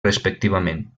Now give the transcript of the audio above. respectivament